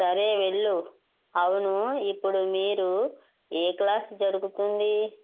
సరే వెళ్ళు అవును ఇప్పుడు మీకు ఏ క్లాస్ జరుగుతుంది